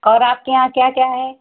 और आपके यहाँ क्या क्या है